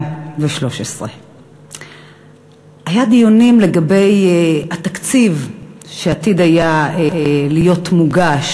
2013. היו דיונים לגבי התקציב שעתיד היה להיות מוגש.